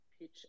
pitch